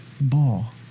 ball